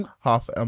half